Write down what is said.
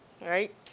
right